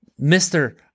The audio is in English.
Mr